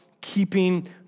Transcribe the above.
keeping